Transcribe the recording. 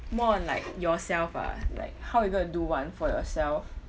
more on like yourself ah like how you going to do one for yourself